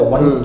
One